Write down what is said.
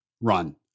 run